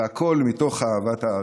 והכול מתוך אהבת הארץ.